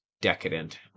decadent